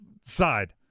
side